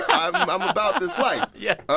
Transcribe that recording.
um i'm about this life yes